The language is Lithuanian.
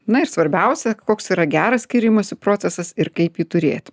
na ir svarbiausia koks yra geras skyrimosi procesas ir kaip jį turėt